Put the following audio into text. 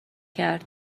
کرد